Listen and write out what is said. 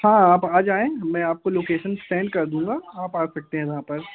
हाँ आप आ जाएँ मैं आपको लॉकेशन सेंड कर दूँगा आप आ सकते हैं वहाँ पर